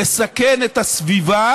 לסכן את הסביבה